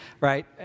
right